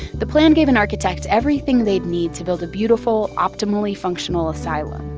the plan gave an architect everything they'd need to build a beautiful optimally functional asylum.